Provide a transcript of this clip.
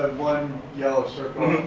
one yellow circle.